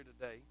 today